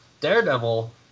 Daredevil